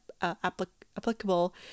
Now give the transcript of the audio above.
applicable